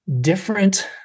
different